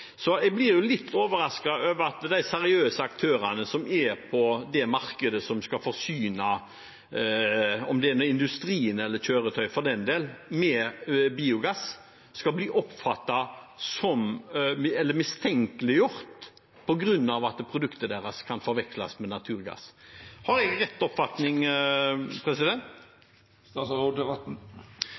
Så jeg blir jo litt overrasket over at de seriøse aktørene som er på det markedet, som skal forsyne industrien, eller kjøretøy for den del, med biogass, skal bli mistenkeliggjort på grunn av at produktet deres kan forveksles med naturgass. Har jeg rett oppfatning?